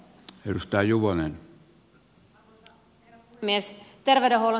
arvoisa herra puhemies